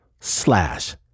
slash